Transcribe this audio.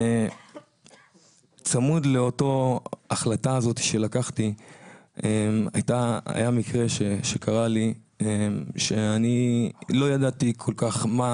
צמוד לאותה החלטה שלקחתי היה מקרה שקרה לי שאני לא ידעתי כל כך מה